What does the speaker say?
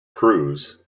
crews